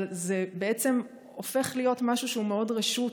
אבל זה הופך להיות משהו שהוא מאוד רשות,